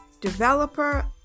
developer